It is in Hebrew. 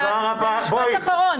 זה משפט אחרון.